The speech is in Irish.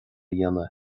dhéanamh